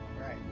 right